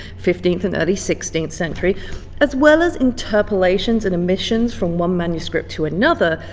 fifteenth and early sixteenth century as well as interpolations and omissions from one manuscript to another,